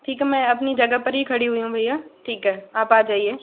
ठीक है मैं अपनी जगह पर ही खड़ी हुई हूँ भैया ठीक है आप आ जाइए